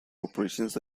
operations